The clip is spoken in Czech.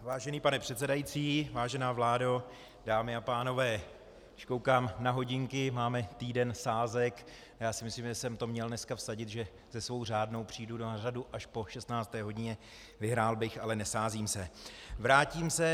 Vážený pane předsedající, vážená vládo, dámy a pánové, když koukám na hodinky, máme týden sázek, já si myslím, že jsem to měl dneska vsadit, že se svou řádnou přijdu na řadu až po 16. hodině, vyhrál bych, ale nesázím se.